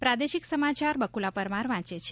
પ્રાદેશિક સમાચાર બ્કુલા પરમાર વાંચે છે